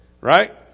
Right